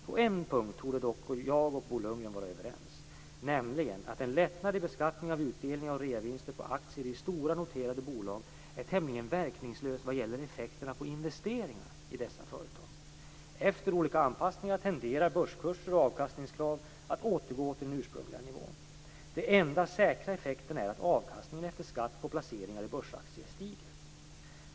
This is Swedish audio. På en punkt torde dock jag och Bo Lundgren vara överens, nämligen att en lättnad i beskattningen av utdelningar och reavinster på aktier i stora noterade bolag är tämligen verkningslös vad gäller effekterna på investeringar i dessa företag. Efter olika anpassningar tenderar börskurser och avkastningskrav att återgå till den ursprungliga nivån. Den enda säkra effekten är att avkastningen efter skatt på placeringar i börsaktier stiger.